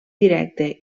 directe